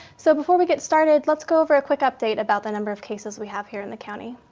so before we get started, let's go over a quick update about the number of cases we have here in the county.